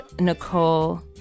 Nicole